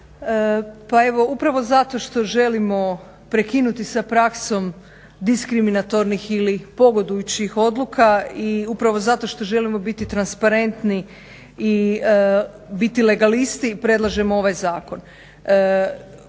Pa evo upravo zato što želimo prekinuti sa praksom diskriminatornih ili pogodujućih odluka i upravo zato što želimo biti transparentni i biti legalisti predlažemo ovaj zakon.